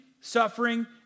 suffering